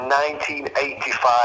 1985